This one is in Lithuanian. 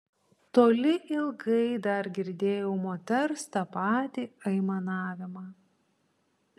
toli ilgai dar girdėjau moters tą patį aimanavimą